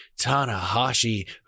Tanahashi